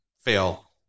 fail